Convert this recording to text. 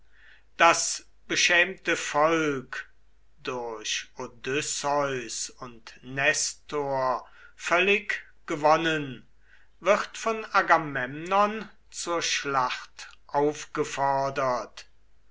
das beschämte volk durch odysseus und nestor völlig gewonnen wird von agamemnon zur schlacht aufgefordert